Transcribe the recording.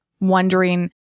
wondering